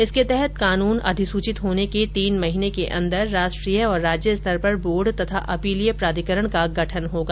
इसके तहत कानून अधिसूचित होने के तीन महीने के भीतर राष्ट्रीय और राज्य स्तर पर बोर्ड तथा अपीलीय प्राधिकरण का गठन होगा